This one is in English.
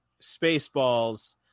Spaceballs